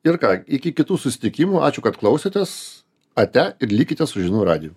ir ką iki kitų susitikimų ačiū kad klausėtės ate ir likite su žinių radiju